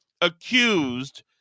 accused